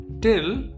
Till